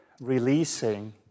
releasing